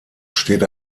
steht